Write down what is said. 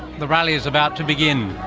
the rally is about to begin.